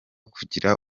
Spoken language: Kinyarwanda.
kugira